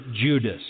Judas